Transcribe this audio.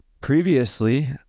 previously